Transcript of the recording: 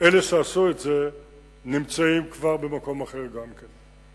אלה שעשו את זה כבר נמצאים במקום אחר גם כן.